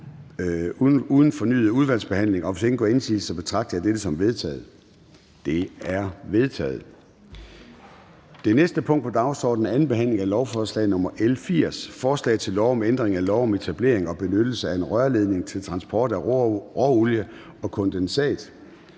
uden fornyet udvalgsbehandling. Hvis ingen gør indsigelse, betragter jeg dette som vedtaget. Det er vedtaget. --- Det næste punkt på dagsordenen er: 16) 2. behandling af lovforslag nr. L 80: Forslag til lov om ændring af lov om etablering og benyttelse af en rørledning til transport af råolie og kondensat,